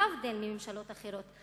להבדיל מממשלות אחרות.